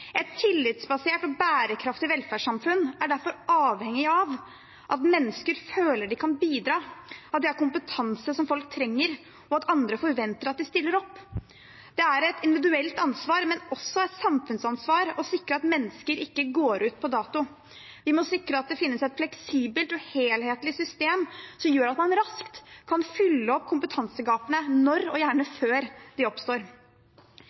Et tillitsbasert og bærekraftig velferdssamfunn er derfor avhengig av at mennesker føler de kan bidra, at de har kompetanse som folk trenger, og at andre forventer at de stiller opp. Det er et individuelt ansvar, men også et samfunnsansvar å sikre at mennesker ikke går ut på dato. Vi må sikre at det finnes et fleksibelt og helhetlig system som gjør at man raskt kan fylle opp kompetansegapene når – og gjerne før – de oppstår.